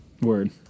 Word